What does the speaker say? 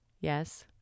Yes